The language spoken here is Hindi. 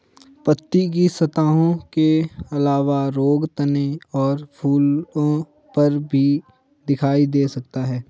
पत्ती की सतहों के अलावा रोग तने और फूलों पर भी दिखाई दे सकता है